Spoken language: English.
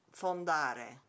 fondare